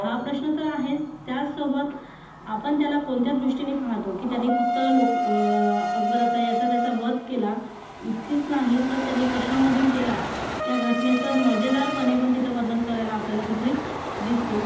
हा प्रश्न तर आहेच त्याचसोबत आपण त्याला कोणत्या दृष्टीने पाहतो की त्याने फक्त लोक अकबराचा याचा त्याचा वध केला इतकेच नाही तर त्यांनी कशामधून केला त्या घटनेचं मजेदारपणे पण तिथे वर्णन करायला आपल्याला तिथे दिसतो